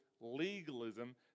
legalism